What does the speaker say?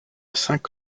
cinq